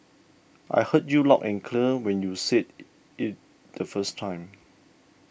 I heard you loud and clear when you said it the first time